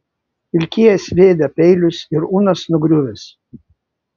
pilkieji sviedę peilius ir unas nugriuvęs